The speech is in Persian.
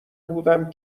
بودم